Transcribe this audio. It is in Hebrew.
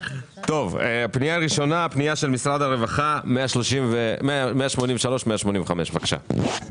הפנייה הראשונה היא של משרד הרווחה: 183 185. אני